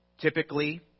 Typically